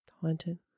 haunted